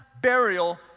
burial